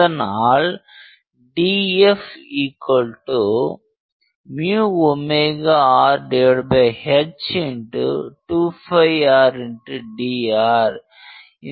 அதனால் dFrh x 2rdr